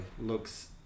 looks